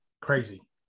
crazy